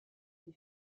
une